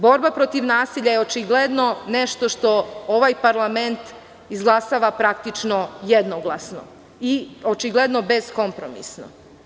Borba protiv nasilja je očigledno nešto što ovaj parlament izglasava praktično jednoglasno i očigledno bez kompromisa.